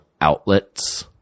outlets